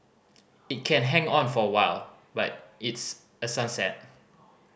it can hang on for a while but it's a sunset